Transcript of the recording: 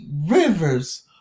rivers